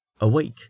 awake